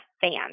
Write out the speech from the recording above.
fans